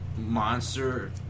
monster